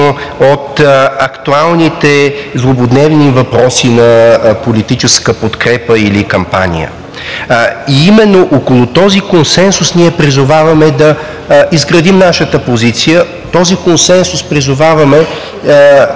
актуалните злободневни въпроси на политическа подкрепа или кампания. И именно около този консенсус ние призоваваме да изградим нашата позиция. Призоваваме